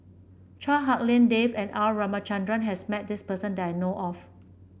Chua Hak Lien Dave and R Ramachandran has met this person that I know of